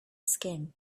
skin